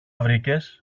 βρήκες